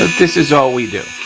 this is all we do.